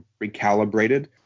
recalibrated